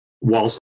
whilst